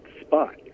spot